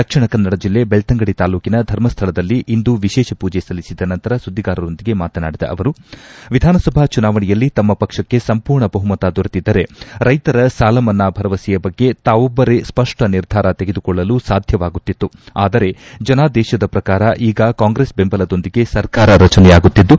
ದಕ್ಷಿಣಕನ್ನಡ ಜಲ್ಲೆ ಬೆಕ್ತಂಗಡಿ ತಾಲ್ಲೂಕಿನ ಧರ್ಮಸ್ಥಳದಲ್ಲಿ ಇಂದು ವಿಶೇಷ ಪೂಜೆ ಸಲ್ಲಿಸಿದ ಸಂತರ ಸುದ್ದಿಗಾರರೊಂದಿಗೆ ಮಾತನಾಡಿದ ಅವರು ವಿಧಾನಸಭಾ ಚುನಾವಣೆಯಲ್ಲಿ ತಮ್ಮ ಪಕ್ಷಕ್ಕೆ ಸಂಪೂರ್ಣ ಬಹುಮತ ದೊರೆತಿದ್ದರೆ ರೈತರ ಸಾಲ ಮನ್ನಾ ಭರವಸೆಯ ಬಗ್ಗೆ ತಾವೊಬ್ಬರೇ ಸ್ಪಷ್ಟ ನಿರ್ಧಾರ ತೆಗೆದುಕೊಳ್ಳಲು ಸಾಧ್ಯವಾಗುತ್ತಿತ್ತು ಆದರೆ ಜನಾದೇಶದ ಪ್ರಕಾರ ಈಗ ಕಾಂಗ್ರೆಸ್ ಬೆಂಬಲದೊಂದಿಗೆ ಸರ್ಕಾರ ರಚನೆಯಾಗುತ್ತಿದ್ದು